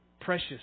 precious